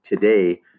today